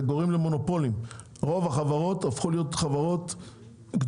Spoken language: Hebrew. זה גורם למונופולים; רוב החברות הפכו להיות חברות גדולות,